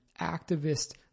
activist